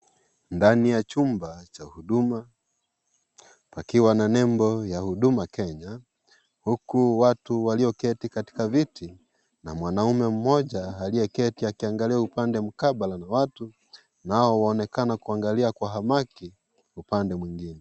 Ndani ya chumba cha huduma, pakiwa na nembo ya Huduma Kenya huku watu walioketi katika viti na mwanaume mmoja aliyeketi akiangalia upande mkabala na watu, nao waonekana kuangalia kwa hamaki, upande mwingine.